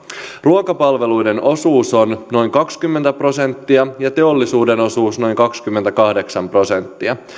ruokapalveluiden osuus on noin kaksikymmentä prosenttia teollisuuden osuus noin kaksikymmentäkahdeksan prosenttia